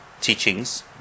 teachings